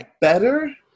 better